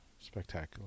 Spectacular